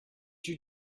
you